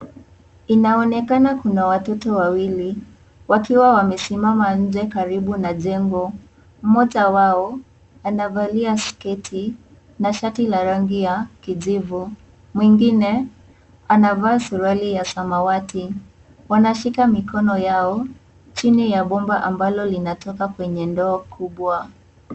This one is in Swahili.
Inaonekana kuna watoto wawili wakiwa wamesimama nje karibu na jengo. Mmoja wao anavalia sketi na shati la rangi ya kijivu. Mwingine anavaa suruali ya samawati. Wanashika mikono yao chini ya bomba ambalo linatoka kwenye ndoo kubwa.